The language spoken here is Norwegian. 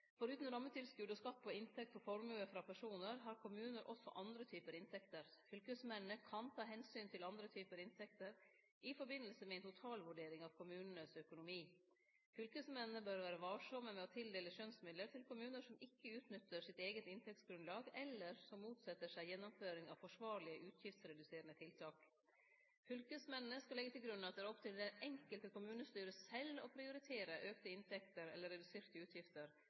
rammetilskudd og skatt på inntekt på formue fra personer, har kommuner også andre typer inntekter. Fylkesmennene kan ta hensyn til andre typer inntekter i forbindelse med en totalvurdering av kommunens økonomi. Fylkesmennene bør være varsomme med å tildele skjønnsmidler til kommuner som ikke utnytter sitt eget inntektsgrunnlag eller som motsetter seg gjennomføring av forsvarlige utgiftsreduserende tiltak. Fylkesmennene skal legge til grunn at det er opp til det enkelte kommunestyre selv å prioritere økte inntekter eller reduserte utgifter,